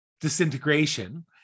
disintegration